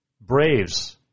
Braves